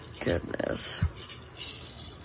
goodness